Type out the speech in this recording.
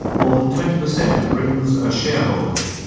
more than twenty percent of britons are shareholders.